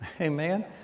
Amen